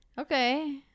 okay